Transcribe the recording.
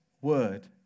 word